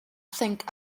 think